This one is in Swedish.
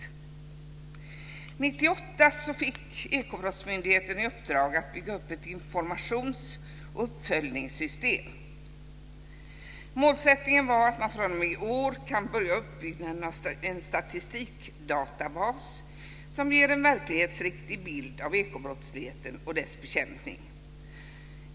Ekobrottsmyndigheten fick 1998 i uppdrag att bygga upp ett informations och uppföljningssystem. Målsättningen var att man fr.o.m. i år kan börja uppbyggnaden av en statistikdatabas som ger en verklighetsriktig bild av ekobrottsligheten och dess bekämpning.